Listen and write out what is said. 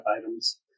items